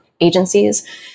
agencies